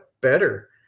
better